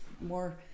more